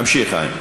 תמשיך, חיים.